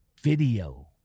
video